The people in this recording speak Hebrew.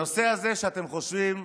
הנושא הזה, שאתם חושבים,